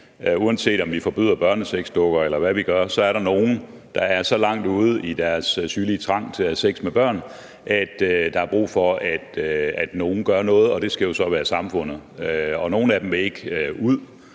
Uanset om vi forbyder børnesexdukker, eller hvad vi gør, er der nogle, der er så langt ude i deres sygelige trang til at have sex med børn, at der er brug for, at nogle gør noget, og det skal jo så være samfundet. Og nogle af dem vil ikke ud